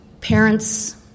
parents